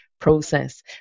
Process